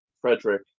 Frederick